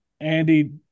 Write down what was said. Andy